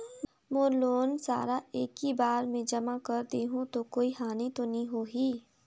मोर loan सारा एकी बार मे जमा कर देहु तो कोई हानि तो नी होही?